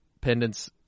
Pendants